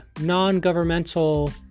non-governmental